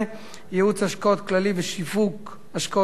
(ייעוץ השקעות כללי ושיווק השקעות כללי),